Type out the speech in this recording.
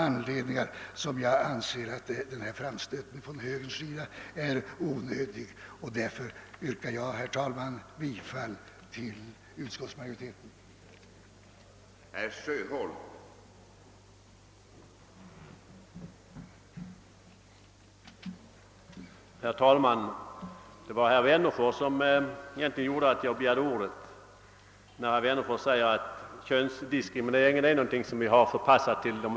Av de orsaker jag här redovisat anser jag att högerns framstöt är onödig, och jag yrkar bifall till utskottsmajoritetens förslag.